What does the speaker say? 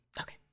okay